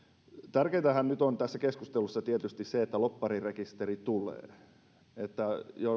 tärkeintähän nyt on tässä keskustelussa tietysti se että lobbarirekisteri tulee